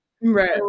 Right